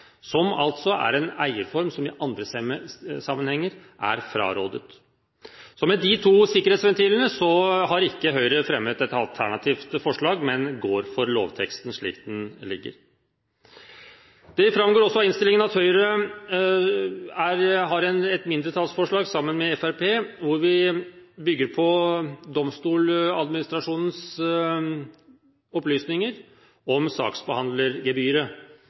som altså er en eierform som i andre sammenhenger er frarådet. Med de to sikkerhetsventilene har ikke Høyre fremmet et alternativt forslag, men går for lovteksten slik den foreligger. Det framgår også av innstillingen at Høyre sammen med Fremskrittspartiet har et mindretallsforslag hvor vi bygger på Domstoladministrasjonens opplysninger om saksbehandlergebyret,